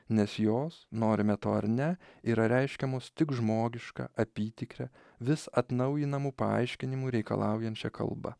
nes jos norime to ar ne yra reiškiamos tik žmogiška apytikre vis atnaujinamų paaiškinimų reikalaujančia kalba